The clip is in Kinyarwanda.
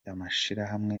amashirahamwe